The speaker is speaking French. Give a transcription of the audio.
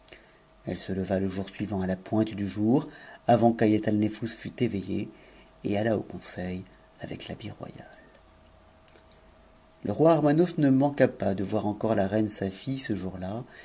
elle se leva le jour suivant à la pointe du jour avant qu'haïatalnefous fût éveillée et alla u couspit avec l'habit royal le roi armanos ne manqua pas de voir encore la reine sa fille ce jour